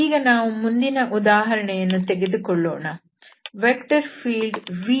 ಈಗ ನಾವು ಮುಂದಿನ ಉದಾಹರಣೆಯನ್ನು ತೆಗೆದುಕೊಳ್ಳೋಣ ವೆಕ್ಟರ್ ಫೀಲ್ಡ್ v0x0